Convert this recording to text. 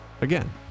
again